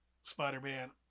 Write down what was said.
spider-man